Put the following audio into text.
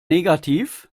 negativ